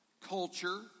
culture